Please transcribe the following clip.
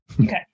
Okay